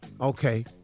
Okay